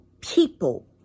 people